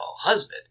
husband